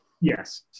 yes